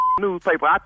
newspaper